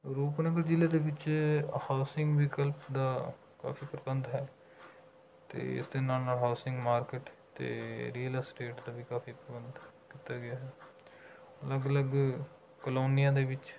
ਰੂਪਨਗਰ ਜ਼ਿਲ੍ਹੇ ਦੇ ਵਿੱਚ ਹਾਊਸਿੰਗ ਵਿਕਲਪ ਦਾ ਕਾਫੀ ਪ੍ਰਬੰਧ ਹੈ ਅਤੇ ਇਸ ਦੇ ਨਾਲ ਨਾਲ ਹਾਊਸਿੰਗ ਮਾਰਕਿਟ ਅਤੇ ਰੀਅਲ ਅਸਟੇਟ ਦਾ ਵੀ ਕਾਫੀ ਪ੍ਰਬੰਧ ਕੀਤਾ ਗਿਆ ਹੈ ਅਲੱਗ ਅਲੱਗ ਕਲੋਨੀਆਂ ਦੇ ਵਿੱਚ